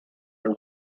her